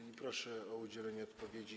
I proszę o udzielenie odpowiedzi.